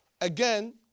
Again